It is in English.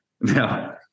No